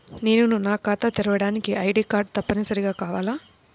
నేను ఖాతా తెరవడానికి ఐ.డీ కార్డు తప్పనిసారిగా కావాలా?